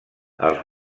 els